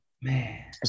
man